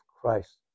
Christ